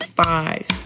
Five